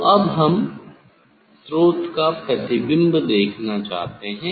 तो अब हम स्रोत का प्रतिबिम्ब देखना चाहते हैं